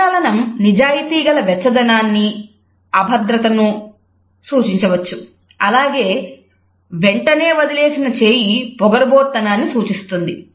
కరచాలనం నిజాయితీ గల వెచ్చదనాన్ని అభద్రతను సూచించవచ్చు అలాగే వెంటనే వదిలేసిన చేయి పొగరుబోతుతనాన్ని సూచిస్తుంది